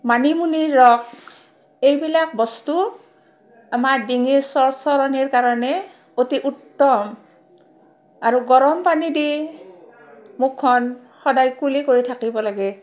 মানিমুনিৰ ৰস এইবিলাক বস্তু আমাৰ ডিঙিৰ চৰচৰণিৰ কাৰণে অতি উত্তম আৰু গৰমপানী দি মুখখন সদায় কুলি কৰি থাকিব লাগে